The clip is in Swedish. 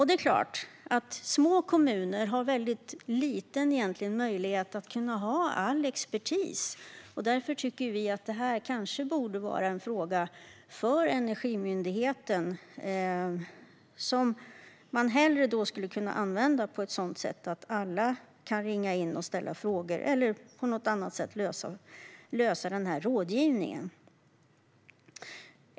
Det är klart att små kommuner har väldigt små möjligheter att ha all expertis. Därför tycker vi att det här kanske borde vara en fråga för Energimyndigheten, som man skulle kunna använda för rådgivning till exempel på så vis att det går att ringa in och ställa frågor.